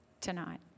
tonight